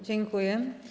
Dziękuję.